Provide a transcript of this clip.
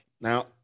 Now